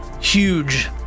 huge